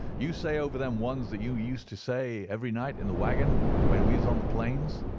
you say over them ones that you used to say every night in the waggon when we was on the plains.